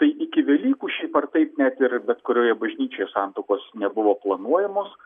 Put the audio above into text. tai iki velykų šiaip ar taip net ir bet kurioje bažnyčioje santuokos nebuvo planuojamos